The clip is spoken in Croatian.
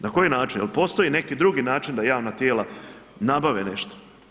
Na koji način, jel postoji neki drugi način da javna tijela nabave nešto?